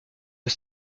aux